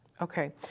Okay